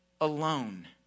alone